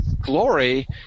glory